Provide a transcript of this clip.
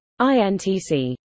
INTC